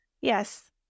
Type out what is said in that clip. yes